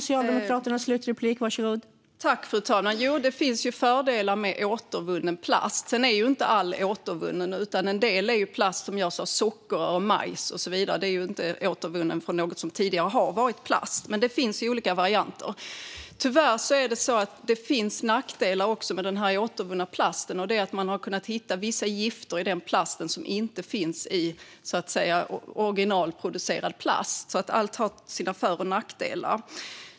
Fru talman! Ja, det finns fördelar med återvunnen plast. Sedan är inte all plast i påsarna återvunnen, utan en del är plast som görs av sockerrör, majs och så vidare. Den är inte återvunnen från något som tidigare har varit plast. Det finns olika varianter. Tyvärr är det så att det finns nackdelar också med den återvunna plasten. Man har kunnat hitta vissa gifter i denna plast som inte finns i originalproducerad plast. Allt har sina för och nackdelar.